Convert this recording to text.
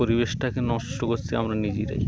পরিবেশটাকে নষ্ট করছি আমরা নিজেরাই